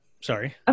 Sorry